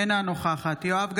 אינה נוכחת יואב גלנט,